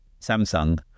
samsung